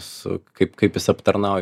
su kaip kaip jis aptarnauja